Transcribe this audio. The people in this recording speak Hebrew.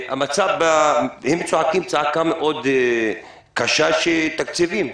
והם צועקים צעקה מאוד קשה לגבי תקציבים.